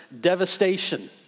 devastation